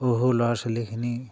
অহু ল'ৰা ছোৱালীখিনি